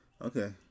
Okay